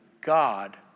God